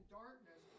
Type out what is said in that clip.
darkness